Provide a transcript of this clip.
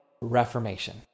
reformation